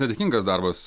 nedėkingas darbas